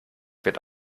wird